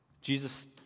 Jesus